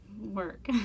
work